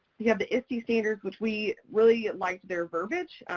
you have the iste standards which we really liked their verbiage.